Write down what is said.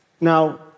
Now